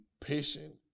patient